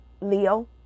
Leo